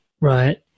right